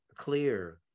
clear